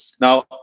Now